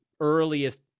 earliest